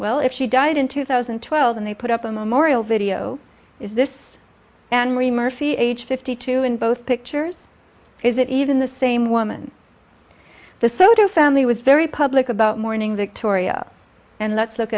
well if she died in two thousand and twelve and they put up a memorial video is this and marie murphy age fifty two in both pictures is it even the same woman the soto family was very public about mourning that toria and let's look